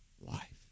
life